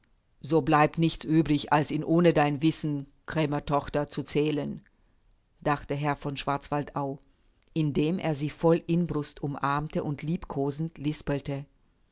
so bleibt nichts übrig als ihn ohne dein wissen krämertochter zu zählen dachte herr von schwarzwaldau indem er sie voll inbrunst umarmte und liebkosend lispelte